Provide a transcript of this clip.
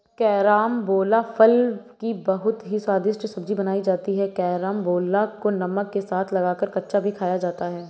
carambola फल की बहुत ही स्वादिष्ट सब्जी बनाई जाती है कैरमबोला को नमक के साथ लगाकर कच्चा भी खाया जाता है